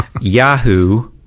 Yahoo